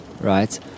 right